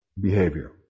Behavior